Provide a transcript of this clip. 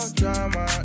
drama